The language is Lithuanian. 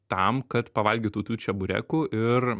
tam kad pavalgytų tų čeburekų ir